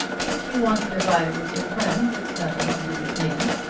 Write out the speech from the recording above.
if you want to divide it with your friend it's nothing to do with me.